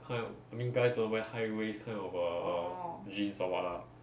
kind of I mean guys don't wear high waist kind of err err jeans or what lah